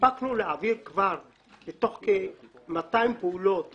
הספקנו להעביר כבר מתוך כ-200 פעולות